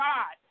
God